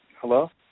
Hello